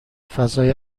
فضای